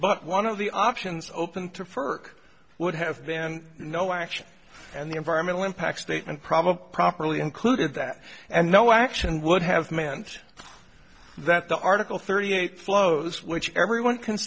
but one of the options open to further would have been no action and the environmental impact statement probably properly included that and no action would have meant that the article thirty eight flows which everyone c